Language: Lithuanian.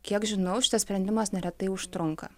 kiek žinau šitas sprendimas neretai užtrunka